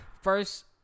First